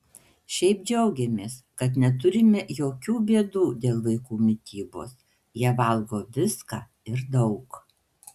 šiaip džiaugiamės kad neturime jokių bėdų dėl vaikų mitybos jie valgo viską ir daug